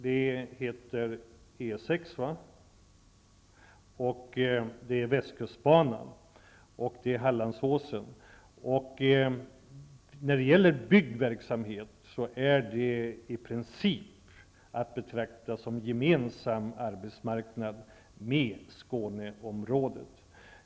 Det gäller Arbetsmarknaden för byggverksamhet där kan i princip betraktas som gemensam med Skåneområdet.